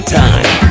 time